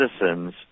citizens